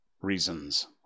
reasons